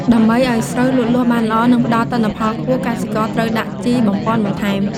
ដើម្បីឱ្យស្រូវលូតលាស់បានល្អ និងផ្ដល់ទិន្នផលខ្ពស់ កសិករត្រូវដាក់ជីបំប៉នបន្ថែម។